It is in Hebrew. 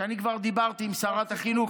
ואני כבר דיברתי עם שרת החינוך,